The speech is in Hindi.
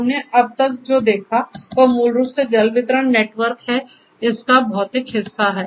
हमने अब तक जो देखा है वह मूल रूप से जल वितरण नेटवर्क है इसका भौतिक हिस्सा है